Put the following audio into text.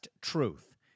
Truth